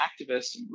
activists